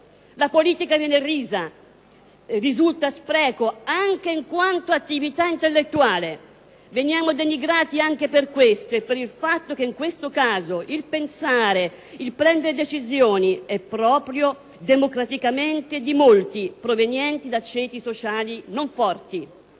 La politica viene irrisa, risulta spreco anche in quanto attività intellettuale. Veniamo denigrati anche per questo e per il fatto che in questo caso il pensare, il prendere decisioni è proprio, democraticamente, di molti provenienti da ceti sociali non forti.